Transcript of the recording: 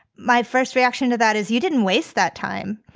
my first reaction to that is you didn't waste that time.